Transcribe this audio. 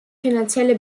finanzielle